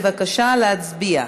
בבקשה להצביע.